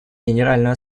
генеральную